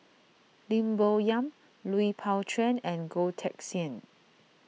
Lim Bo Yam Lui Pao Chuen and Goh Teck Sian